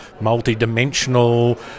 multi-dimensional